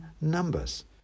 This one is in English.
numbers